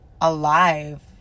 alive